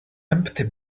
empty